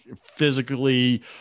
physically